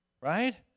Right